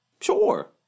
Sure